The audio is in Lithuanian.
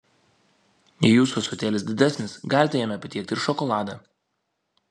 jei jūsų ąsotėlis didesnis galite jame patiekti ir šokoladą